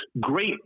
great